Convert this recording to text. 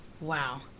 Wow